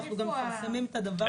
אנחנו גם מפרסמים את הדבר הזה.